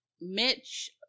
mitch